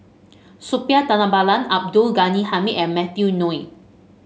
Suppiah Dhanabalan Abdul Ghani Hamid and Matthew Ngui